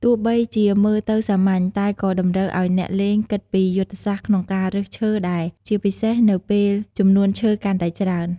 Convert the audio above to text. ទោះបីជាមើលទៅសាមញ្ញ តែក៏តម្រូវឲ្យអ្នកលេងគិតពីយុទ្ធសាស្ត្រក្នុងការរើសឈើដែរ ជាពិសេសនៅពេលចំនួនឈើកាន់តែច្រើន។